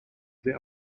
there